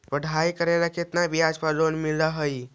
पढाई करेला केतना ब्याज पर लोन मिल हइ?